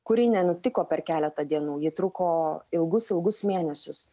kuri nenutiko per keletą dienų ji truko ilgus ilgus mėnesius